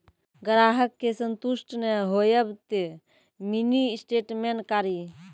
ग्राहक के संतुष्ट ने होयब ते मिनि स्टेटमेन कारी?